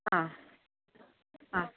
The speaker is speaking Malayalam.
ആ ആ